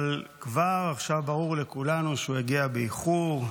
אבל כבר עכשיו ברור לכולנו שהוא יגיע באיחור,